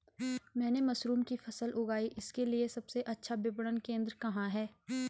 मैंने मशरूम की फसल उगाई इसके लिये सबसे अच्छा विपणन केंद्र कहाँ है?